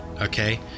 okay